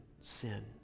sin